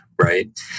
right